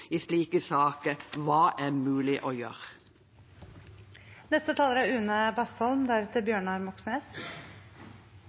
i slike saker å se på: Hva er mulig å